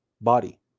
body